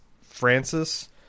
Francis